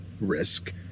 risk